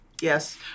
Yes